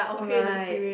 alright